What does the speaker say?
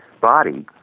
body